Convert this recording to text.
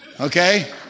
okay